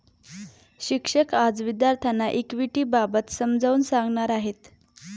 शिक्षक आज विद्यार्थ्यांना इक्विटिबाबत समजावून सांगणार आहेत